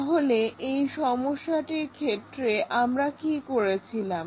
তাহলে এই সমস্যাটির ক্ষেত্রে আমরা কি করেছিলাম